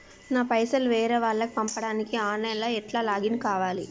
నా పైసల్ వేరే వాళ్లకి పంపడానికి ఆన్ లైన్ లా ఎట్ల లాగిన్ కావాలి?